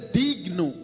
digno